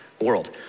world